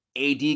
AD